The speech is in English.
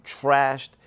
trashed